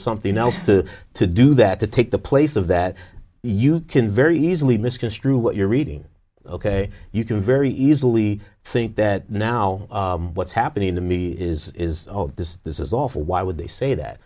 something else to to do that to take the place of that you can very easily misconstrue what you're reading ok you can very easily think that now what's happening to me is is this this is awful why would they say that